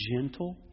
gentle